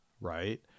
right